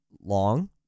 long